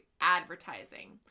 advertising